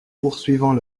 poursuivant